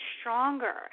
stronger